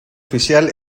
oficial